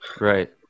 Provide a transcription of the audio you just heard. Right